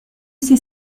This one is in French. ces